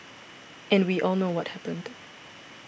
and we all know what happened